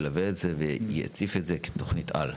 ילווה את זה ויציף את זה כתוכנית על.